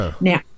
Now